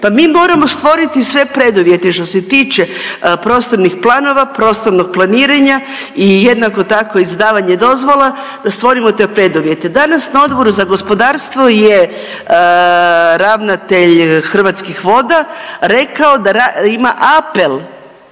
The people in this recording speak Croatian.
Pa mi moramo stvoriti sve preduvjete što se tiče prostornih planova, prostornog planiranja i jednako tako izdavanje dozvola da stvorimo te preduvjete. Danas na Odboru za gospodarstvo je ravnatelj Hrvatskih voda rekao da ima apel